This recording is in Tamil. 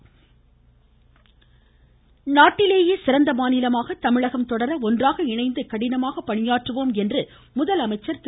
முதலமைச்சர் நாட்டிலேயே சிறந்த மாநிலமாக தமிழகம் தொடர ஒன்றாக இணைந்து கடினமாக பணியாற்றுவோம் என முதலமைச்சர் திரு